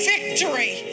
Victory